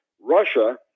Russia